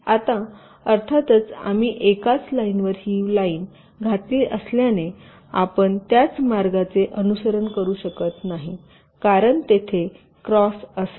आता अर्थातच आम्ही एकाच लाईनवर ही लाईन घातली असल्याने आपण त्याच मार्गाचे अनुसरण करू शकत नाही कारण तेथे क्रॉस असेल